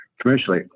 commercially